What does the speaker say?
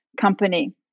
company